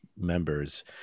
members